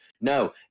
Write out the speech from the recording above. No